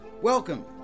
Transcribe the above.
Welcome